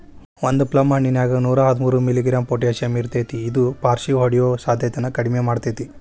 ಒಂದು ಪ್ಲಮ್ ಹಣ್ಣಿನ್ಯಾಗ ನೂರಾಹದ್ಮೂರು ಮಿ.ಗ್ರಾಂ ಪೊಟಾಷಿಯಂ ಅಂಶಇರ್ತೇತಿ ಇದು ಪಾರ್ಷಿಹೊಡಿಯೋ ಸಾಧ್ಯತೆನ ಕಡಿಮಿ ಮಾಡ್ತೆತಿ